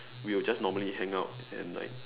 we will just normally hang out and like